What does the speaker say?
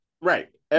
Right